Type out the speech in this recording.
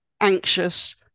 anxious